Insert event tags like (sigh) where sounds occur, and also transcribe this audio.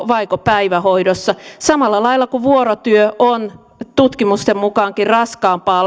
vaiko päivähoidossa samalla lailla kuin vuorotyö on tutkimustenkin mukaan aikuiselle raskaampaa (unintelligible)